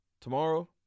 Tomorrow